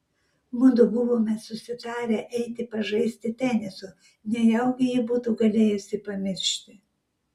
mudu buvome susitarę eiti pažaisti teniso nejaugi ji būtų galėjusi pamiršti